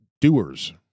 Doers